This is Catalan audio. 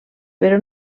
però